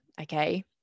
Okay